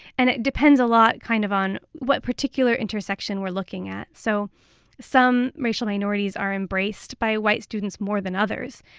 and it depends a lot kind of on what particular intersection we're looking at. so some racial minorities are embraced by white students more than others.